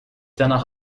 danach